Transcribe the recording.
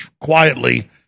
quietly